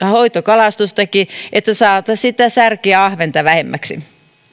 hoitokalastuksessakin että saataisiin sitä särkeä ja ahventa vähemmäksi